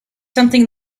something